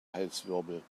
halswirbel